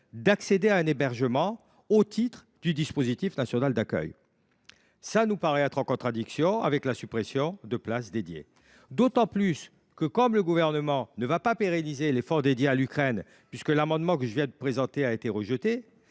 d’accéder à un hébergement au titre du dispositif national d’accueil. Cela nous paraît être en contradiction avec la suppression de places dédiées. En outre, comme le Gouvernement ne va pas pérenniser les fonds dédiés à l’Ukraine, puisque mon amendement n° II 579 a été rejeté,